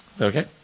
Okay